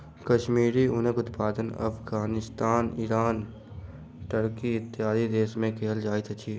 कश्मीरी ऊनक उत्पादन Afghanistan, Iran, Turkey, इत्यादि देश में कयल जाइत अछि